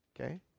Okay